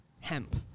hemp